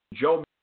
Joe